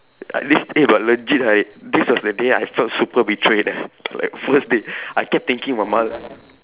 uh this eh but legit I this was the day I felt super betrayed eh like first day I kept thinking about ma~